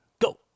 Go